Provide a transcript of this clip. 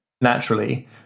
naturally